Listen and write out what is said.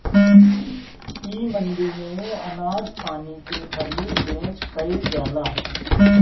इ मंडी में अनाज पानी के खरीद बेच कईल जाला